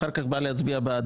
ואחר כך בא להצביע בעדו.